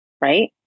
right